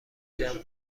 جمع